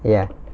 ya